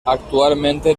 actualmente